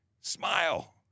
Smile